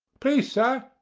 please, sir,